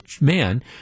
man